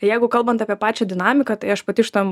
jeigu kalbant apie pačią dinamiką tai aš pati šitam